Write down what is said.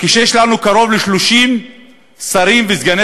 הכנסת תעבוד כשיש לנו קרוב ל-30 שרים וסגני